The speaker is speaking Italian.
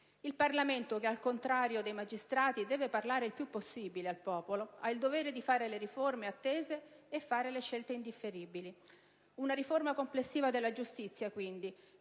Il Parlamento, che al contrario dei magistrati, deve parlare il più possibile al popolo, ha il dovere di fare le riforme attese e fare le scelte indifferibili. Una riforma complessiva della giustizia, quindi,